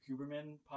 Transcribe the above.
Huberman